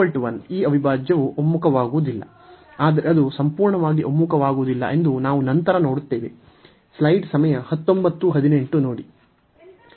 P1 ಈ ಅವಿಭಾಜ್ಯವು ಒಮ್ಮುಖವಾಗುವುದಿಲ್ಲ ಆದರೆ ಅದು ಸಂಪೂರ್ಣವಾಗಿ ಒಮ್ಮುಖವಾಗುವುದಿಲ್ಲ ಎಂದು ನಾವು ನಂತರ ನೋಡುತ್ತೇವೆ